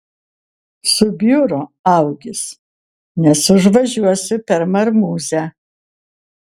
subjuro augis nes užvažiuosiu per marmuzę